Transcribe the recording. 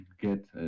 get